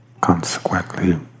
consequently